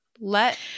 Let